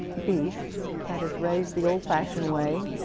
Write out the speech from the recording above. beef that is raised the old-fashioned way.